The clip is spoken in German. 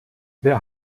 wer